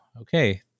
okay